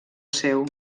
seu